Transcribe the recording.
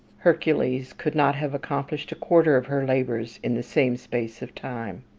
hercules could not have accomplished a quarter of her labours in the same space of time.